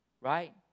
Right